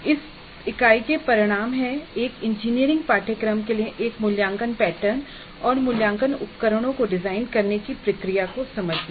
इस इकाई के आउटकम हैं एक इंजीनियरिंग कोर्स के लिए एक मूल्यांकन पैटर्न और मूल्यांकन उपकरणों को डिजाइन करने की प्रक्रिया को समझना